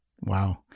Wow